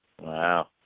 Wow